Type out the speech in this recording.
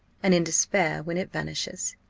and in despair when it vanishes.